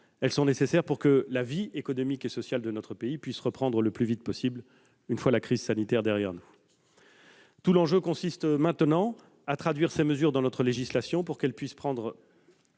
Elles sont nécessaires pour que la vie économique et sociale de notre pays puisse reprendre le plus vite possible une fois la crise sanitaire derrière nous. Tout l'enjeu consiste maintenant à traduire ces mesures dans notre législation pour qu'elles puissent produire